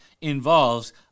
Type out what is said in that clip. involves